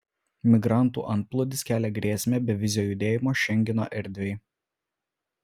migrantų antplūdis kelia grėsmę bevizio judėjimo šengeno erdvei